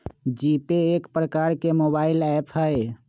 GPay एक प्रकार के मोबाइल ऐप हइ